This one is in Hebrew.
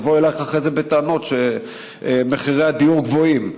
יבואו אלייך אחרי זה בטענות שמחירי הדיור גבוהים?